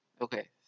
Okay